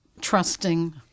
trusting